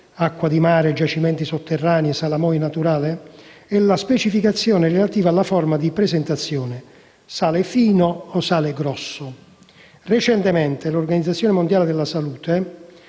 (acqua di mare, giacimenti sotterranei, salamoia naturale) e la specificazione relativa alla forma di presentazione (sale fino o sale grosso). Recentemente l'Organizzazione mondiale per la salute